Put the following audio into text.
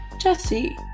Jesse